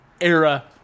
era